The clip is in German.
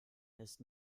ist